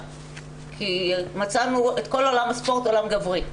כי מצאנו את כל עולם הספורט עולם גברי,